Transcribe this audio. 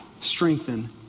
strengthen